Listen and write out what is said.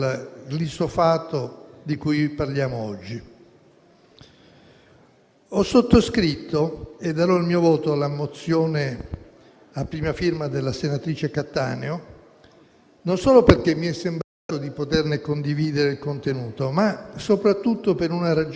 che la qualifica anche rispetto ad altre mozioni sullo stesso argomento. La mozione della senatrice Cattaneo contiene sia una forte rivendicazione dell'importanza di quel processo conoscitivo nel quale si sostanzia il metodo scientifico,